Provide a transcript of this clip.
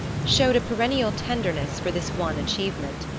showed a perennial tenderness for this one achievement.